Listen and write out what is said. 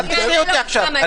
תקטעי אותי עכשיו.